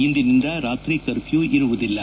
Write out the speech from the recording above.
ಇಂದಿನಿಂದ ರಾತ್ರಿ ಕರ್ಫ್ಯೂ ಇರುವುದಿಲ್ಲ